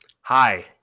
Hi